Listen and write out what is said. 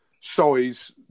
size